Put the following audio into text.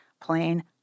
plain